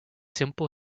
simple